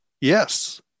Yes